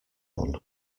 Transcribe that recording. one